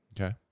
Okay